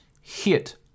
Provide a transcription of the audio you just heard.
Hit